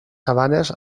sabanes